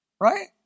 Right